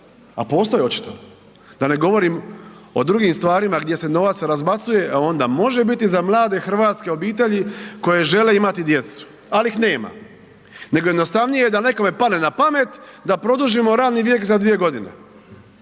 a postoje očito, da ne govorim o drugim stvarima gdje se novac razbacuje, a onda može biti za mlade hrvatske obitelji koje žele imati djecu, al ih nema, nego je jednostavnije da nekome padne na pamet da produžimo radni vijek za 2.g.,